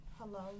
Hello